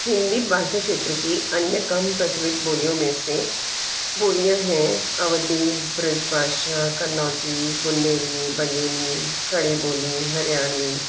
हिंदी भाषा क्षेत्र की अन्य कम प्रचलित बोलियों में से बोलियाँ हैं अवधी ब्रजभाषा कन्नौजी बुंदेली बघेली खड़ी बोली हरियाणवी